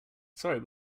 sorry